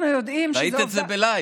אנחנו יודעים, ראית את זה בלייב.